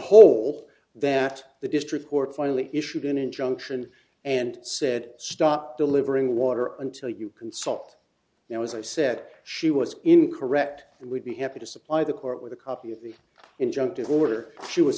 hole that the district court finally issued an injunction and said stop delivering water until you consult now as i said she was incorrect and would be happy to supply the court with a copy of the injunctive order she was